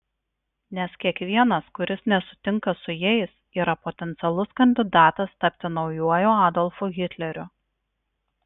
nes kiekvienas kuris nesutinka su jais yra potencialus kandidatas tapti naujuoju adolfu hitleriu